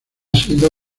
sido